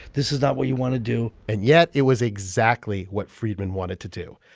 this is not what you want to do and yet, it was exactly what freidman wanted to do.